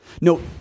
No